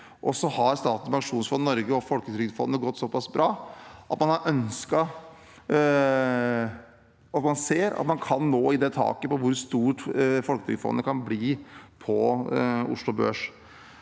Statens pensjonsfond Norge og Folketrygdfondet gått såpass bra at man ser at man kan nå det taket for hvor stort Folketrygdfondet kan bli på Oslo Børs.